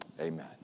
amen